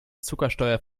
zuckersteuer